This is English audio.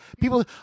People